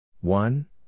one